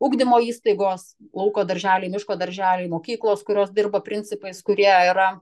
ugdymo įstaigos lauko darželiai miško darželiai mokyklos kurios dirba principais kurie yra